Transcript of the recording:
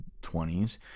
20s